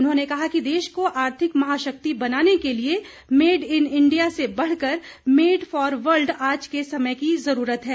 उन्होंने कहा कि देश को आर्थिक महाशक्ति बनाने के लिए मेड इन इंडिया से बढ़कर मेड फॉर वर्ल्ड आज के समय की जरूरत है